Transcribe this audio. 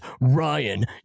Ryan